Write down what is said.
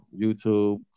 YouTube